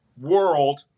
world